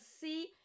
see